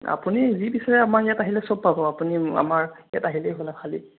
আপুনি যি বিচাৰে আমাৰ ইয়াত আহিলে চব পাব আপুনি আমাৰ ইয়াত আহিলেই হ'ল খালী